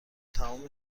تمام